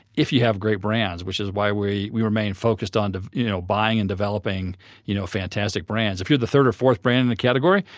if you have great brands which is why we we remain focused on you know buying and developing you know fantastic brands. if you're the third or fourth brand in the category,